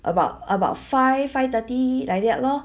about about five five thirty like that lor